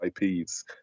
IPs